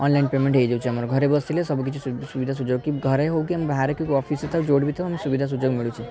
online payment ହେଇଯାଉଛି ଆମର ଘରେ ବସିଲେ ସବୁ କିଛି ସୁବି ସୁବିଧା ସୁଯୋଗ କି ଘରେ ହେଉ କି ଆମେ ବାହାରେ କି ଅଫିସରେ ଥାଉ କି ଯେଉଁଠି ବି ଥାଉ ଆମେ ସୁବିଧା ସୁଯୋଗ ମିଳୁଛି